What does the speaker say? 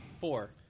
Four